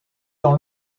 dans